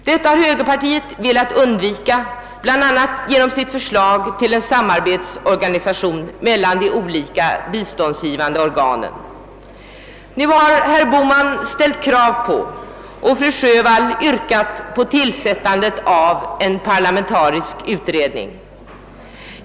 Detta har högern velat undvika bl.a. genom sitt förslag till en samarbetsorganisation mellan de olika biståndsgivande organen. Herr Bohman och fru Sjövall har båda yrkat på tillsättandet av en parlamentarisk utredning.